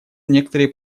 некоторые